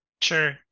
Sure